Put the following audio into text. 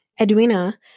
Edwina